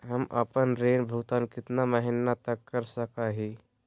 हम आपन ऋण भुगतान कितना महीना तक कर सक ही?